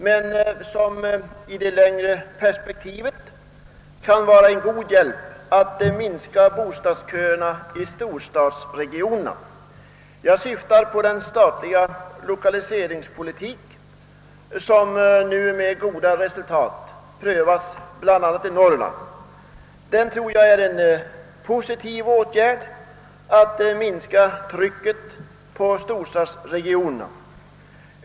Men i det längre perspektivet kan en lösning av det pro blemet vara till god hjälp när det gäller att minska bostadsköerna i storstadsregionerna. Jag syftar på den statliga lokaliseringspolitik, som nu med goda resultat prövas bl.a. i Norrland. Jag tror att lokaliseringspolitiken verksamt kan bidra till att minska trycket på storstadsregionerna.